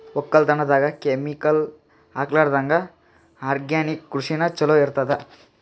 ಒಕ್ಕಲತನದಾಗ ಕೆಮಿಕಲ್ ಹಾಕಲಾರದಂಗ ಆರ್ಗ್ಯಾನಿಕ್ ಕೃಷಿನ ಚಲೋ ಇರತದ